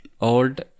old